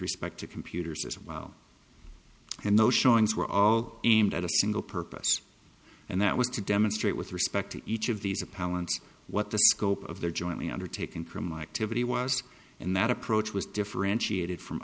respect to computers as well and no showings were all aimed at a single purpose and that was to demonstrate with respect to each of these a palance what the scope of their jointly undertaken criminal activity was and that approach was differentiated from